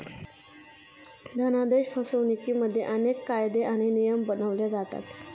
धनादेश फसवणुकिमध्ये अनेक कायदे आणि नियम बनवले जातात